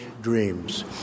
dreams